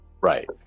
Right